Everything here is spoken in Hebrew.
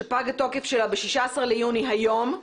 שפג תוקפה ב-16 ביוני, היום,